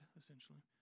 essentially